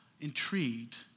intrigued